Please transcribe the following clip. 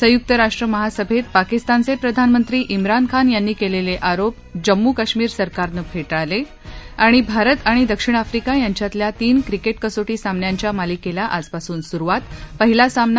संयुक्त राष्ट्र महासभेत पाकिस्तानचे प्रधानमंत्री श्रीन खान यांनी केलेले आरोप जम्मू कश्मीर सरकारनं फेटाळले भारत आणि दक्षिण आफ्रिका यांच्यातल्या तीन क्रिकेट कसोटी सामन्यांच्या मालिकेला आजपासून सुरूवात पहिला सामना